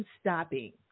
stopping